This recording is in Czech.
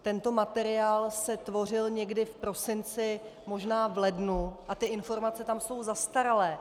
Tento materiál se tvořil někdy v prosinci, možná v lednu, a informace tam jsou zastaralé.